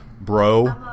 bro